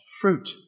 fruit